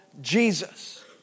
Jesus